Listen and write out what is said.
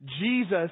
Jesus